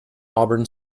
auburn